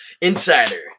Insider